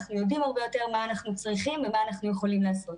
אנחנו יודעים הרבה יותר מה אנחנו צריכים ומה אנחנו יכולים לעשות.